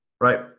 Right